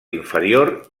inferior